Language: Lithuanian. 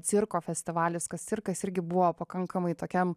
cirko festivalis kas cirkas irgi buvo pakankamai tokiam